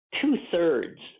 two-thirds